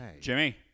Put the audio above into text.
Jimmy